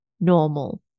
normal